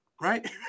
Right